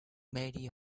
many